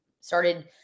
started